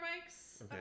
bikes